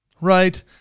right